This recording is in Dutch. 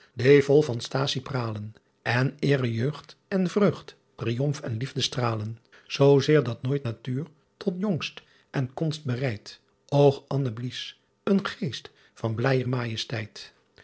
vol van staassy praalen n eere jeughd en vreughd triomf en liefde straalen oo zeer dat noit natuur tot jonst en konst bereit ogh anneblies een gheest van